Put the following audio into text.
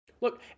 Look